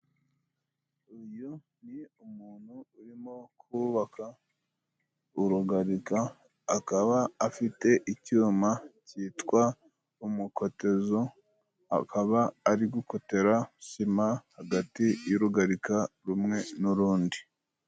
Uyu ni umuntu urimo kubaka urugarika, akaba afite icyuma cyitwa umukotezo. Akaba ari gukotera sima hagati y'urugarika rumwe n'urundi.